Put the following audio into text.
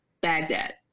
Baghdad